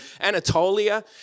Anatolia